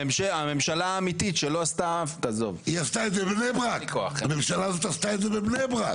הממשלה האמיתית שלא --- הממשלה הזאת עשתה את זה בבני ברק.